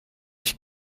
ich